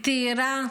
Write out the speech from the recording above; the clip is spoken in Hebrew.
היא תיארה,